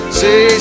say